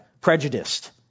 prejudiced